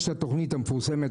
יש את התוכנית המפורסמת,